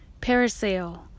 parasail